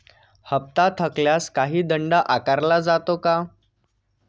हप्ता थकल्यास काही दंड आकारला जातो का?